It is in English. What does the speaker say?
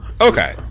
Okay